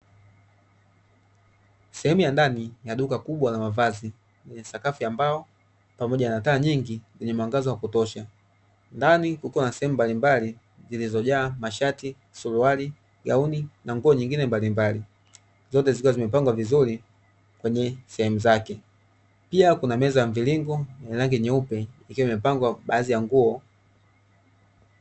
Sehemu ya ndani ya duka kubwa la mavazi, lina sakafu ya mbao pamoja na taa nyingi zenye mwangaza wa kutosha, ndani kukiwa na sehemu mbalimbali zilizojaa mashati, suruali, gauni na nguo nyingine mbalimbali, zote zikiwa zimepangwa vizuri sehemu zake. Pia kuna meza ya mviringo yenye rangi nyeupe ikiwa imepangwa baadhi ya nguo.